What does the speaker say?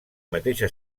mateixa